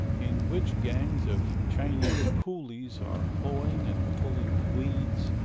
in which gangs of chinese coolies are hoeing and pulling weeds,